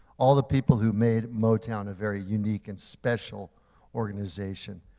all the people who made motown a very unique and special organization.